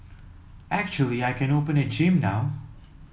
actually I can open a gym now